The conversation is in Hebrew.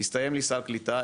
הסתיים לי סל קליטה,